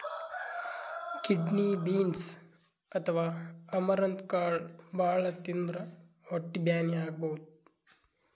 kidney beans ಅಥವಾ amaranth ಕಾಳ್ ಭಾಳ್ ತಿಂದ್ರ್ ಹೊಟ್ಟಿ ಬ್ಯಾನಿ ಆಗಬಹುದ್